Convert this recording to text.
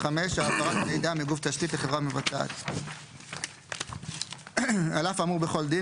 העברת מידע מגוף תשתית לחברה מבצעת 55. (א)על אף האמור בכל דין,